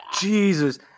Jesus